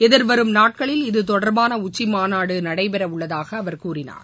எதிர்வரும் நாட்களில் இதுதொடர்பான உச்சிமாநாடு நடைபெறவுள்ளதாக அவர் கூறினார்